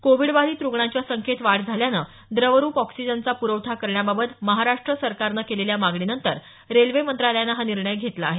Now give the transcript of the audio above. Covid बाधित रुग्णांच्या संख्येत वाढ झाल्यानं द्रवरूप ऑक्सिजनचा पुरवठा करण्याबाबत महाराष्ट्र सरकारन केलेल्या मागणीनंतर रेल्वे मंत्रालयानं हा निर्णय घेतला आहे